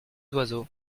oiseaux